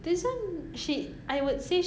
orh so cool